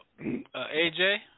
AJ